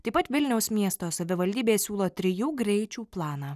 taip pat vilniaus miesto savivaldybė siūlo trijų greičių planą